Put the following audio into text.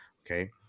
Okay